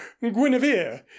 guinevere